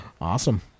awesome